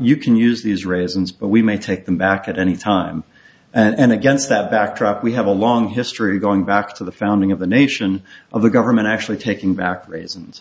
you can use these raisins but we may take them back at any time and against that backdrop we have a long history going back to the founding of the nation of the government actually taking back raisins